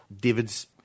David's